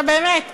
עכשיו באמת,